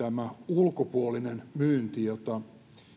ulkopuolisen myynnin jota